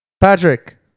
Patrick